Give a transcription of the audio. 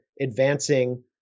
advancing